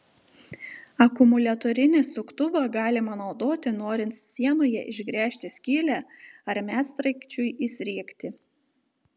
akumuliatorinį suktuvą galima naudoti norint sienoje išgręžti skylę ar medsraigčiui įsriegti